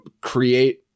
create